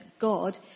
God